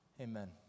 Amen